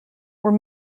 were